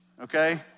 okay